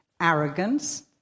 arrogance